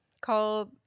called